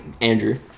Andrew